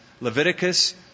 Leviticus